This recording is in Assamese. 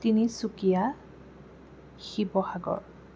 তিনিচুকীয়া শিৱসাগৰ